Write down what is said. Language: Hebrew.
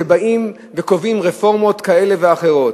כשבאים וקובעים רפורמות כאלה ואחרות.